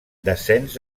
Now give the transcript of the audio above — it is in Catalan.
descens